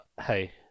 hey